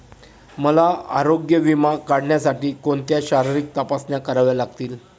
मला आरोग्य विमा काढण्यासाठी कोणत्या शारीरिक तपासण्या कराव्या लागतील?